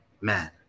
man